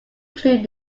including